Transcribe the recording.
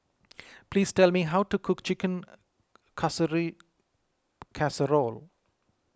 please tell me how to cook Chicken Casserole